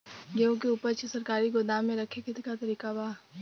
गेहूँ के ऊपज के सरकारी गोदाम मे रखे के का तरीका बा?